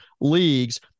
leagues